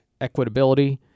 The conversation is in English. equitability